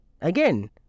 Again